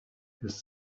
his